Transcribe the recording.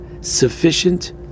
sufficient